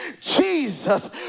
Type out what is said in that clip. Jesus